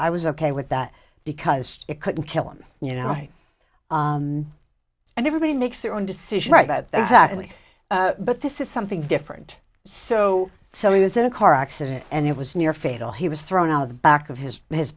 i was ok with that because it couldn't kill him you know and everybody makes their own decision right about the exactly but this is something different so so he was in a car accident and it was near fatal he was thrown out of the back of his his